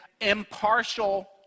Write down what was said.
impartial